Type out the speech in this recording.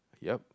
yup